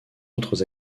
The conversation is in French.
autres